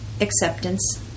acceptance